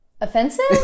offensive